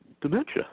dementia